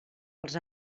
els